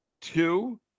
Two